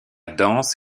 danse